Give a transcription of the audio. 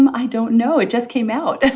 um i don't know. it just came out. and